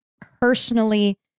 personally